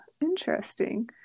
interesting